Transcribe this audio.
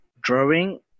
drawing